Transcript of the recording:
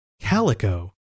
Calico